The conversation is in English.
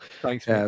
Thanks